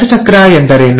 ಕೋಶ ಚಕ್ರ ಎಂದರೇನು